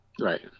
Right